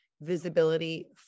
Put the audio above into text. visibility